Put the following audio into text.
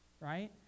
right